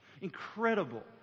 Incredible